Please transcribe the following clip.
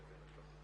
אני מבין אותך.